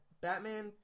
Batman